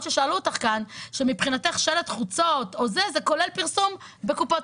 ששאלו אותך כאן שמבחינתך שלט חוצות זה כולל פרסום בקופות